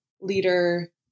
leader